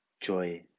joy